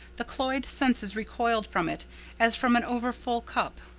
the cloyed senses recoiled from it as from an overfull cup.